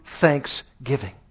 thanksgiving